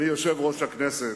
אדוני יושב-ראש הכנסת,